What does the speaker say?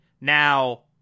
Now